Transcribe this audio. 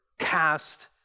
cast